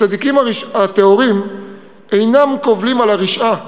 הצדיקים הטהורים אינם קובלים על הרשעה,